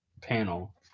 panel